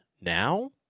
now